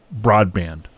broadband